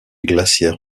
glacière